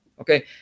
Okay